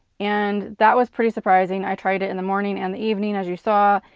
and that was pretty surprising. i tried it in the morning and the evening as you saw,